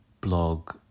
blog